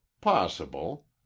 Possible